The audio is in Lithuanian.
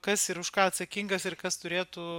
kas ir už ką atsakingas ir kas turėtų